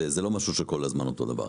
זה לא משהו שהוא כל הזמן אותו דבר.